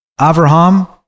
Avraham